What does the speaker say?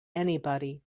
anybody